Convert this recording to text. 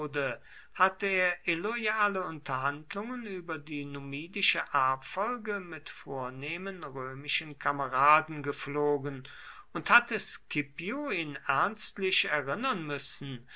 hatte er illoyale unterhandlungen über die numidische erbfolge mit vornehmen römischen kameraden gepflogen und hatte scipio ihn ernstlich erinnern müssen